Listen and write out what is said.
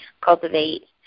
cultivate